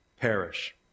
Perish